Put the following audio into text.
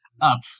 up